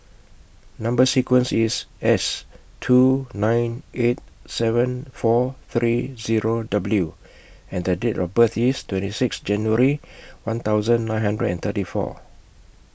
Number sequence IS S two nine eight seven four three Zero W and The Date of birth IS twenty six January one thousand nine hundred and thirty four